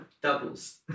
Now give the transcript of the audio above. doubles